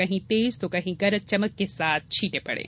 कहीं तेज जो कहीं गरज चमक के साथ छीटें पड़े